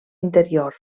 interior